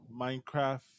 Minecraft